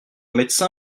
médecin